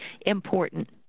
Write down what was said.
important